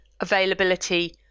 availability